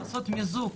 מיזוג